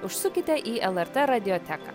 užsukite į lrt radioteką